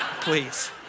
Please